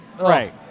right